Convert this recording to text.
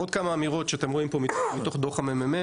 עוד כמה אמירות שאתם רואים פה מתוך דוח ה-ממ"מ,